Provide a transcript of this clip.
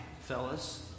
fellas